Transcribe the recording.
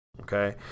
Okay